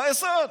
ביסוד.